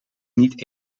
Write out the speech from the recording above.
niet